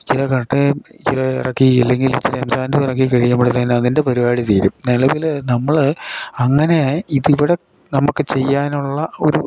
ചില കട്ടയും ഇച്ചിര ഇറക്കി ഇല്ലെങ്കിൽ ഇച്ചിര എംസാൻ്റ് അത് ഇറക്കി കഴിയുമ്പഴത്തേക്ക് അതിൻ്റെ പരിപാടി തീരും നിലവിൽ നമ്മൾ അങ്ങനെ ഇത് ഇവിടെ നമുക്ക് ചെയ്യാനുള്ള ഒരു